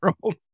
world